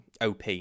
OP